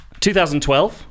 2012